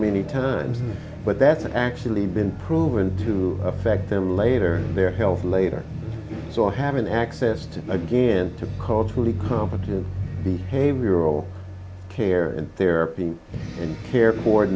many times but that's actually been proven to affect them later their health later so having access to again to culturally competent behavioral care and therapy and care for the